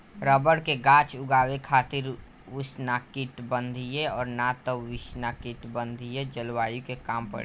rubber के गाछ उगावे खातिर उष्णकटिबंधीय और ना त उपोष्णकटिबंधीय जलवायु के काम परेला